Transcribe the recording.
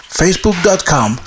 facebook.com